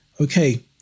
okay